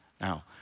Now